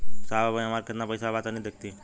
साहब अबहीं हमार कितना पइसा बा तनि देखति?